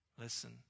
Listen